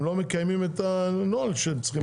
הם לא מקיימים את הנוהל שהם צריכים.